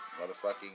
Motherfucking